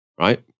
right